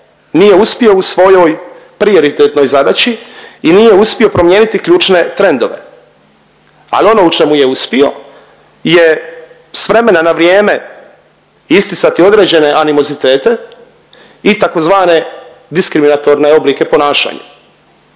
nije uspio u svojoj prioritetnoj zadaći i nije uspio promijeniti ključne trendove, ali ono u čemu je uspio je s vremena na vrijeme isticati određene animozitete i tako zvane diskriminatorne oblike ponašanja